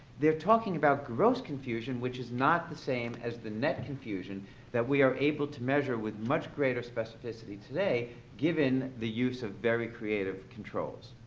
they're talking about gross confusion, which is not the same as the net confusion that we are able to measure with much greater specificity today given the use of very creative controls.